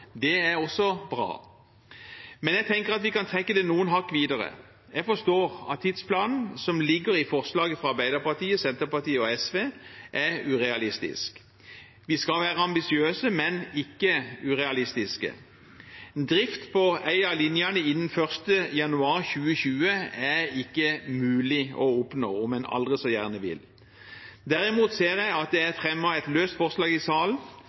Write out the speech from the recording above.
Det er også bra. Men jeg tenker at vi kan trekke det noen hakk videre. Jeg forstår at tidsplanen som ligger i forslaget fra Arbeiderpartiet, Senterpartiet og SV, er urealistisk. Vi skal være ambisiøse, men ikke urealistiske. Drift på en av linjene innen 1. januar 2020 er ikke mulig å oppnå, om en aldri så gjerne vil. Derimot ser jeg at det er fremmet et forslag i